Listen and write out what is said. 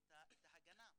את ההגנה.